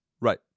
Right